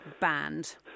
banned